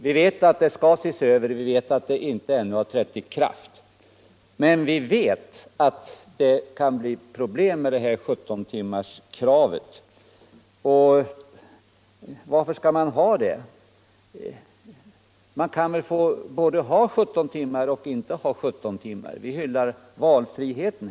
Vi vet att pensionssystemet skall ses över, och det nya har ännu inte trätt i kraft. Vi vet emellertid också att 17-timmarskravet kan medföra problem. Varför skall vi ha ett sådant krav? Vi hyllar här valfriheten.